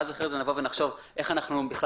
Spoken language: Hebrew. ואז אחרי זה נבוא ונחשוב איך אנחנו בכלל